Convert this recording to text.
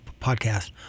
podcast